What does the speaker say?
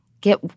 get